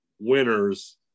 winners